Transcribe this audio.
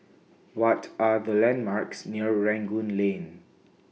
What Are The landmarks near Rangoon Lane